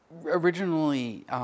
originally